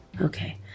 okay